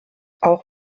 auch